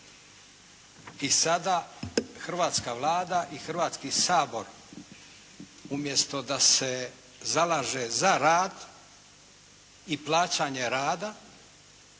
I sada hrvatska Vlada i Hrvatski sabor umjesto da se zalaže za rad i plaćanje rada